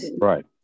Right